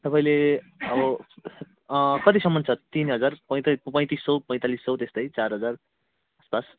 तपाईँले अब कतिसम्म छ तिन हजार पैँता पैँतिस सय पैँतालिस सय त्यस्तै चार हजार आसपास